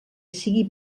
sigui